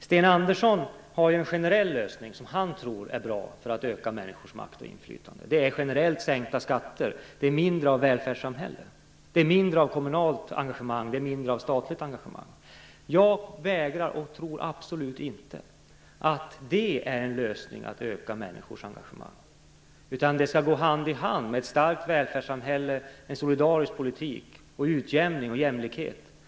Sten Andersson har ju en generell lösning som han tror är bra för att öka människors makt och inflytande. Det är generellt sänkta skatter, mindre av välfärdssamhälle och mindre av kommunalt och statligt engagemang. Jag tror absolut inte att det är en lösning för att öka människors engagemang. Det skall gå hand i hand med ett starkt välfärdssamhälle, en solidarisk politik och utjämning och jämlikhet.